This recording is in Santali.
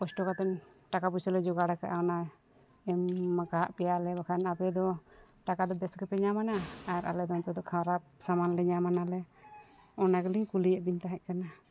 ᱠᱚᱥᱴᱚ ᱠᱟᱛᱮᱫ ᱴᱟᱠᱟ ᱯᱚᱭᱥᱟᱞᱮ ᱡᱳᱜᱟᱲ ᱟᱠᱟᱫᱟ ᱚᱱᱟ ᱢᱟᱸᱜᱟᱣᱟᱜ ᱯᱮᱭᱟᱞᱮ ᱵᱟᱝᱠᱷᱟᱱ ᱟᱞᱮ ᱫᱚ ᱴᱟᱠᱟ ᱫᱚ ᱵᱮᱥ ᱜᱮᱯᱮ ᱧᱟᱢᱟᱱᱟ ᱟᱨ ᱟᱞᱮ ᱫᱚ ᱱᱤᱛᱳᱜ ᱫᱚ ᱠᱷᱟᱨᱟᱯ ᱥᱟᱢᱟᱱ ᱞᱮ ᱧᱟᱢ ᱟᱱᱟᱞᱮ ᱚᱱᱟ ᱜᱮᱞᱤᱧ ᱠᱩᱞᱤᱭᱮᱫ ᱵᱤᱱ ᱛᱟᱦᱮᱸᱠᱟᱱᱟ